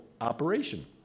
operation